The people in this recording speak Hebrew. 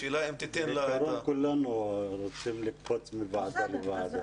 השאלה אם תיתן לה --- בעיקרון כולנו רוצים לקפוץ מוועדה לוועדה.